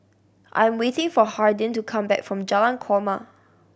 I am waiting for Hardin to come back from Jalan Korma